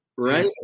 right